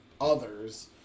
others